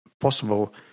possible